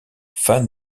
fan